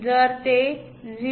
जर ते 0